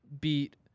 beat